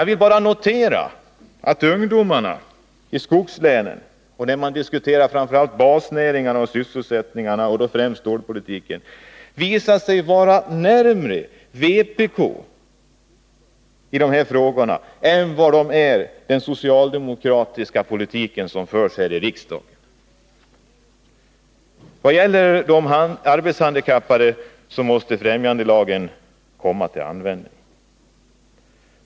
Jag vill bara notera att när man diskuterar basnäringarna och sysselsättningen och framför allt stålpolitiken så visar sig ungdomarna i skogslänen vara närmare vpk än den socialdemokratiska politik som förs här i riksdagen. Vad gäller de arbetshandikappade måste främjandelagen komma till användning.